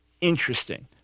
interesting